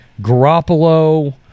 Garoppolo